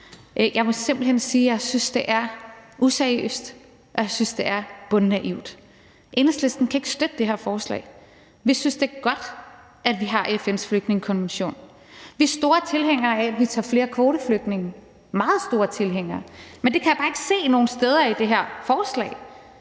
jeg synes, at det er bundnaivt. Enhedslisten kan ikke støtte det her forslag. Vi synes, det er godt, at vi har FN's flygtningekonvention. Vi er store tilhængere af, at vi tager flere kvoteflygtninge – meget store tilhængere. Men jeg kan bare ikke se nogen steder i det her forslag,